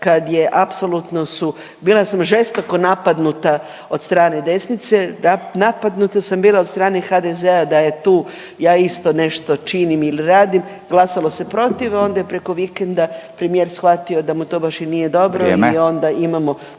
kad je apsolutno su, bila sam žestoko napadnuta od strane desnice, napadnuta sam bila od strane HDZ-a da je tu ja isto nešto činim il radim, glasalo se protiv, a onda je preko vikenda premijer shvatio da mu to baš i nije dobro … …/Upadica